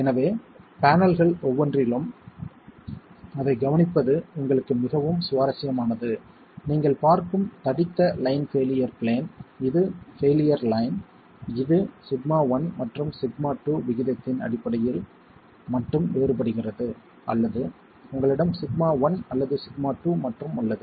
எனவே பேனல்கள் ஒவ்வொன்றிலும் அதைக் கவனிப்பது உங்களுக்கு மிகவும் சுவாரஸ்யமானது நீங்கள் பார்க்கும் தடித்த லைன் பெயிலியர் பிளேன் இது பெயிலியர் லைன் இது σ1 மற்றும் σ2 விகிதத்தின் அடிப்படையில் மட்டும் வேறுபடுகிறது அல்லது உங்களிடம் σ1 அல்லது σ2 மட்டும் உள்ளது